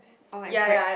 or like bread